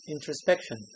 introspection